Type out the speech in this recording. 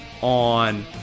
on